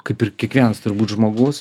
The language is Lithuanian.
kaip ir kiekvienas turbūt žmogus